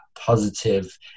positive